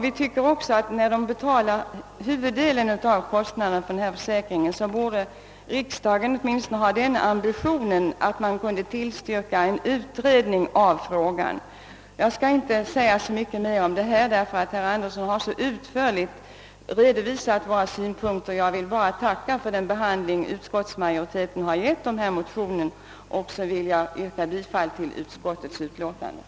Vi tycker också att riksdagen, med tanke på att vederbörande själva betalar huvuddelen av kostnaden för denna försäkring, åtminstone borde visa viljan att få till stånd en utredning i frågan. Jag skall inte ytterligare utveckla våra synpunkter, eftersom herr Anderson redan så utförligt redovisat dem. Jag vill bara tacka för den behandling utskottsmajoriteten givit förevarande motioner samtidigt som jag yrkar bifall till utskottets hemställan.